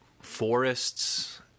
forests